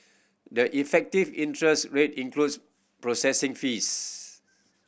the effective interest rate includes processing fees